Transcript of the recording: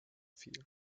fiel